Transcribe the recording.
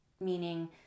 meaning